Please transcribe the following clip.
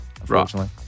unfortunately